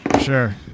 sure